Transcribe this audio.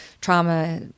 trauma